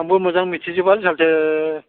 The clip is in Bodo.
आंबो मोजां मिथिजोबा साल्थे